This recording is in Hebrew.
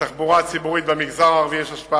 לתחבורה הציבורית במגזר הערבי יש השפעה